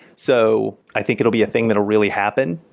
so i think it'll be a thing that'll really happen.